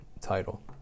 title